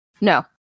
No